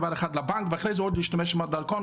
דבר אחד לבנק ואחרי זה עוד להשתמש עם הדרכון.